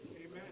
Amen